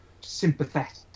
sympathetic